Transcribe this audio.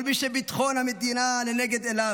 כל מי שביטחון המדינה לנגד עיניו,